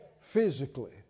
physically